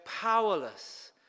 powerless